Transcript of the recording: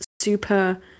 super